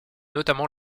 notamment